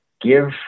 give